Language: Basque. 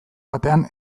batean